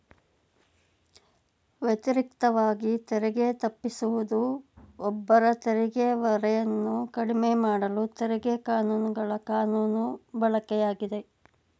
ವ್ಯತಿರಿಕ್ತವಾಗಿ ತೆರಿಗೆ ತಪ್ಪಿಸುವುದು ಒಬ್ಬರ ತೆರಿಗೆ ಹೊರೆಯನ್ನ ಕಡಿಮೆಮಾಡಲು ತೆರಿಗೆ ಕಾನೂನುಗಳ ಕಾನೂನು ಬಳಕೆಯಾಗಿದೆ